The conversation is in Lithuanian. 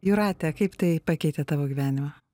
jūrate kaip tai pakeitė tavo gyvenimą